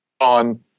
on